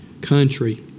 country